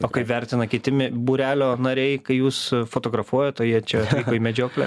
o kaip vertina kiti būrelio nariai kai jūs fotografuojat o jie čia atvyko į medžioklę